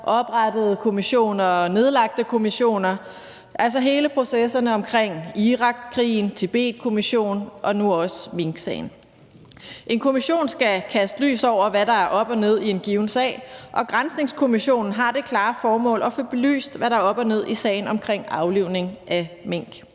oprettede kommissioner og nedlagte kommissioner – altså alle processerne omkring Irakkrigen, Tibetkommissionen og nu også minksagen. En kommission skal kaste lys over, hvad der er op og ned i en given sag, og granskningskommissionen har det klare formål at få belyst, hvad der er op og ned i sagen om aflivning af mink.